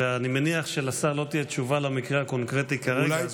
אני מניח שלשר לא תהיה תשובה למקרה הקונקרטי כרגע,